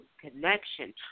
connection